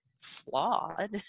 flawed